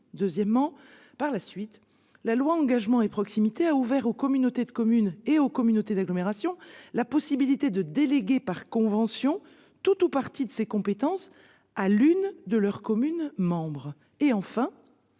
Deuxièmement, la loi Engagement et proximité a ouvert aux communautés de communes et aux communautés d'agglomération la possibilité de déléguer, par convention, tout ou partie de ces compétences à l'une de leurs communes membres.